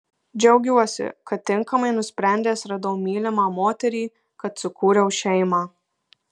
džiaugiuosi kad tinkamai nusprendęs radau mylimą moterį kad sukūriau šeimą